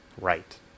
right